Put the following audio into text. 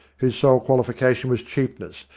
whose sole qualification was cheapness,